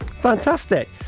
Fantastic